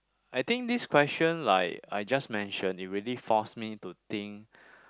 I think this question like I just mention it really force me to think